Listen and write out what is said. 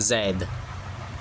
زید